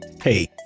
Hey